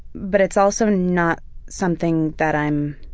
but it's also not something that i'm